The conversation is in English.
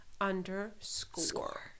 underscore